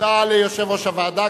תודה ליושב-ראש הוועדה.